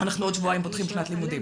ובעוד שבועיים אנחנו פותחים שנת לימודים.